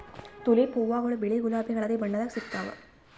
tulip ಹೂವಾಗೊಳ್ ಬಿಳಿ ಗುಲಾಬಿ ಹಳದಿ ಬಣ್ಣದಾಗ್ ಸಿಗ್ತಾವ್